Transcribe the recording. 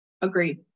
Agreed